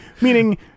meaning